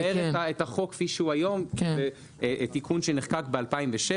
אני מתאר את החוק כפי שהוא היום ותיקון שנחקק ב-2007,